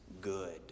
good